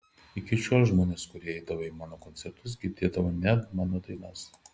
iki šiol žmonės kurie eidavo į mano koncertus girdėdavo ne mano dainas